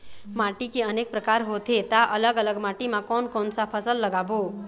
माटी के अनेक प्रकार होथे ता अलग अलग माटी मा कोन कौन सा फसल लगाबो?